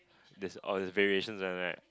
this oh there's variations one right